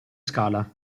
scala